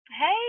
hey